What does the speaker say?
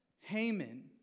Haman